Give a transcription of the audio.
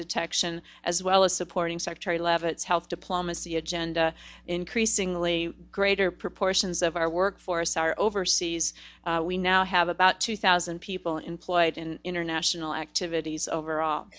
detection as well as supporting secretary leavitt health diplomacy agenda increasingly greater proportions of our workforce our overseas we now have about two thousand people employed in international activities overall